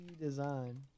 design